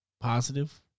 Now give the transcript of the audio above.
positive